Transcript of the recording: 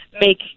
make